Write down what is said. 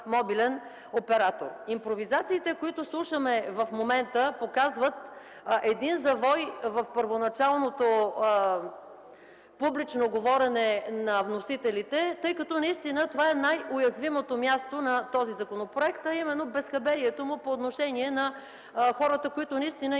мобилен оператор. Импровизациите, които слушаме в момента, показват завой в първоначалното публично говорене на вносителите, тъй като това е най-уязвимото място на законопроекта, а именно безхаберието му по отношение на хората, които наистина